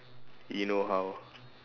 you know how